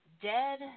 Dead